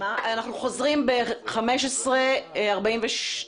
אנחנו חוזרים בשעה 15:42,